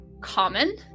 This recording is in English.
common